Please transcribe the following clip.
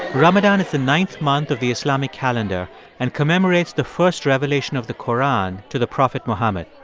ramadan is the ninth month of the islamic calendar and commemorates the first revelation of the quran to the prophet muhammad.